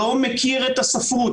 לא מכיר את הספרות,